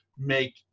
Make